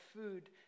food